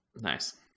Nice